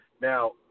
Now